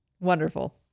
Wonderful